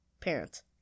Parents